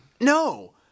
No